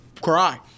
cry